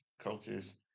coaches